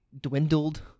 dwindled